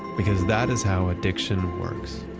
because that is how addiction works